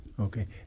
Okay